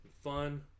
Fun